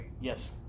Yes